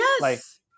Yes